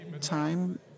time